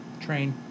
train